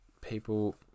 people